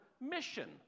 mission